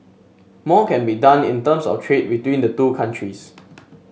more can be done in terms of trade between the two countries